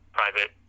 private